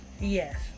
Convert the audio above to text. Yes